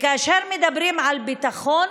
וכאשר מדברים על ביטחון,